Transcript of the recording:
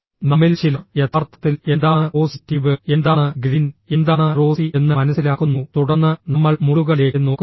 നമ്മിൽ ചിലർ യഥാർത്ഥത്തിൽ എന്താണ് പോസിറ്റീവ് എന്താണ് ഗ്രീൻ എന്താണ് റോസി എന്ന് മനസ്സിലാക്കുന്നു തുടർന്ന് നമ്മൾ മുള്ളുകളിലേക്ക് നോക്കുന്നില്ല